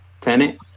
Tenant